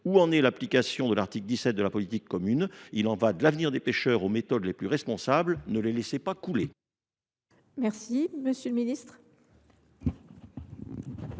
Où en est l’application de l’article 17 de la politique commune ? Il y va de l’avenir des pêcheurs aux méthodes les plus responsables : ne les laissez pas couler ! La parole est